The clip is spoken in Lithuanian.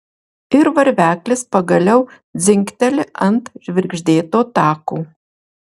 ir varveklis pagaliau dzingteli ant žvirgždėto tako